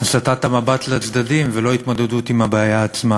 הסטת המבט לצדדים ולא התמודדות עם הבעיה עצמה.